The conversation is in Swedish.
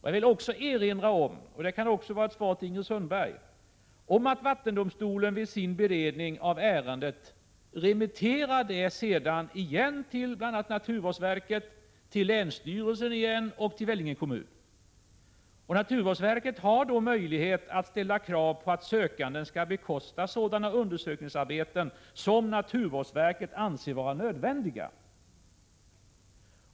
Jag vill också erinra om — det kan vara ett svar till Ingrid Sundberg — att vattendomstolen vid sin beredning av ärendet kommer att remittera det på nytt till bl.a. naturvårdsverket, till länsstyrelsen och till Vellinge kommun. Naturvårdsverket har då möjlighet att ställa krav på att sökanden skall bekosta sådana undersökningsarbeten som naturvårdsverket anser vara nödvändiga.